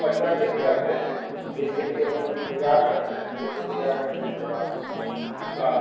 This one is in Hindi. परिवर्तित करते हैं जैसे गेंहू तैयार करते हैं गेंहू तैयार करने के बाद उसका